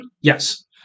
Yes